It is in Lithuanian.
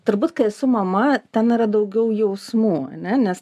turbūt kai esu mama ten yra daugiau jausmų ane nes